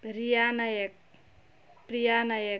Riya Nayak Priya Nayak